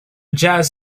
jazz